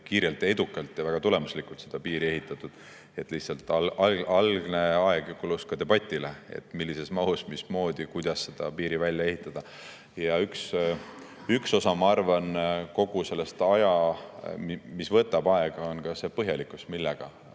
kiirelt, edukalt ja väga tulemuslikult piiri ehitatud. Lihtsalt algne aeg kulus ka debatile, et millises mahus, mismoodi, kuidas piiri välja ehitada. Üks osa, ma arvan, kõigest sellest, mis võtab aega, on ka see põhjalikkus, millega